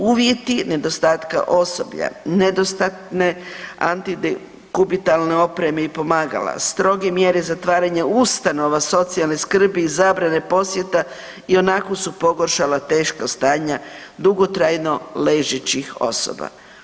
Uvjeti nedostatka osoblja, nedostatne antidekubitalne opreme i pomagala, stroge mjere zatvaranja ustanova socijalne skrbi i zabrane posjeta ionako su pogoršala teška strana dugotrajno ležećih osoba.